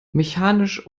mechanisch